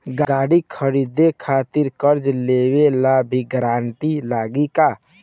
गाड़ी खरीदे खातिर कर्जा लेवे ला भी गारंटी लागी का?